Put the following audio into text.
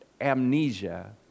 amnesia